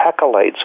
accolades